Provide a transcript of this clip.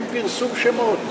אין פרסום שמות.